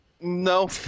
no